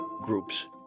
groups